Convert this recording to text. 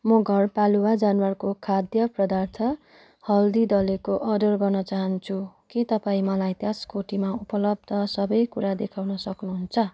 म घरपालुवा जनावरको खाद्य पदार्थ हल्दी दलेको अर्डर गर्न चाहन्छु के तपाईँ मलाई त्यस कोटीमा उपलब्ध सबै कुरा देखाउन सक्नुहुन्छ